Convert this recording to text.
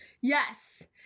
Yes